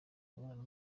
mibonano